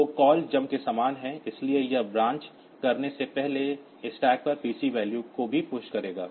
तो call jump के समान है लेकिन यह ब्रांच करने से पहले स्टैक पर पीसी वैल्यू को भी पुश करेगा